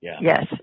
Yes